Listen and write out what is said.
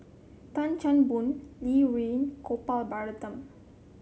Tan Chan Boon Li Rulin Gopal Baratham